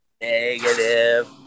Negative